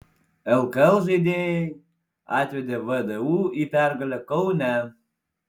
lkl žaidėjai atvedė vdu į pergalę kaune